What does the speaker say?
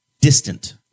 distant